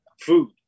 food